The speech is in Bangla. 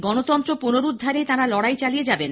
গণতন্ত্র পুনরুদ্ধারে তাঁরা লড়াই চালিয়ে যাবেন